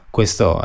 Questo